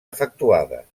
efectuades